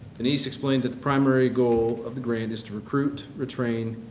denise explained that the primary goal of the grant is to recruit, retrain